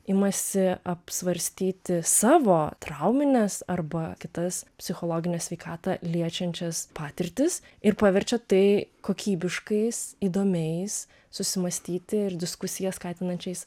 imasi apsvarstyti savo traumines arba kitas psichologinę sveikatą liečiančias patirtis ir paverčia tai kokybiškais įdomiais susimąstyti ir diskusiją skatinančiais